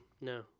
No